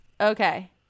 Okay